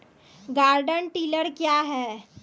Garden tiller क्या हैं?